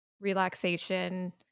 relaxation